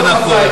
זה נכון,